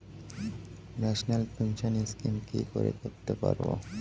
National pension scheme কি করে করতে পারব?